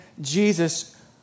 Jesus